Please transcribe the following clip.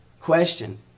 question